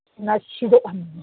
ꯑꯩ ꯁꯤꯗꯣꯛꯍꯟꯕꯅꯦ